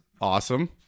Awesome